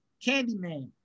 Candyman